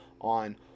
on